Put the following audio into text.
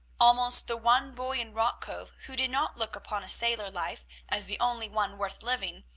almost the one boy in rock cove who did not look upon a sailor life as the only one worth living,